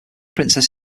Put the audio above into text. princess